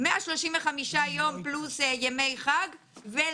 מה מבחינת הייעוץ המשפטי זה קו שאתם